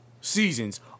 seasons